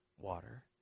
water